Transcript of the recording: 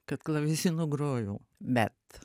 kad klavesinu grojau bet